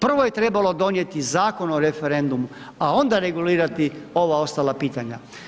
Prvo je trebalo donijeti Zakon o referendumu, a onda regulirati ova ostala pitanja.